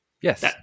yes